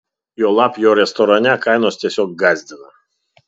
juolab jo restorane kainos tiesiog gąsdina